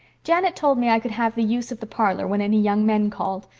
janet told me i could have the use of the parlor when any young men called!